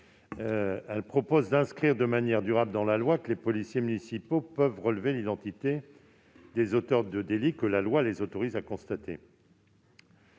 vise à inscrire de manière durable dans la loi que les policiers municipaux peuvent relever l'identité des auteurs des délits que la loi les autorise à constater.